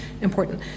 important